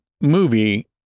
movie